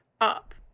up